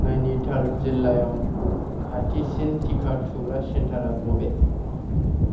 नायनिताल जिल्लायाव खाथिसिन टिका थुग्रा सेन्टारा बबे